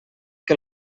que